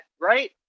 right